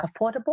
affordable